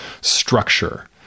structure